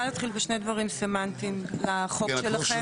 להתחיל בשני דברים סמנטיים לחוק שלכם.